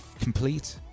Complete